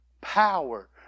power